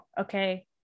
Okay